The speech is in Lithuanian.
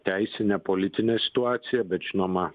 teisinę politinę situaciją bet žinoma